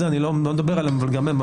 אני לא מדבר עליהן, אבל גם הן.